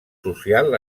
social